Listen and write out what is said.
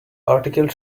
article